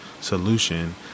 solution